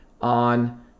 on